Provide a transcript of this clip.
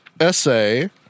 essay